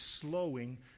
slowing